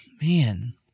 Man